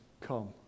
come